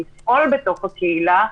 לפעול בתוך הקהילה,